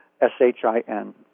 S-H-I-N